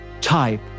type